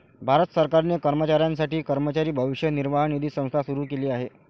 भारत सरकारने कर्मचाऱ्यांसाठी कर्मचारी भविष्य निर्वाह निधी संस्था सुरू केली आहे